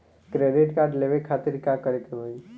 Credit card लेवे खातिर का करे के होई?